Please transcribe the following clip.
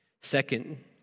Second